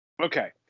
Okay